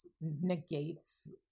negates